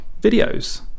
videos